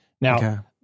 Now